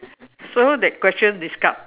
so that question discard